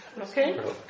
Okay